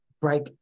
break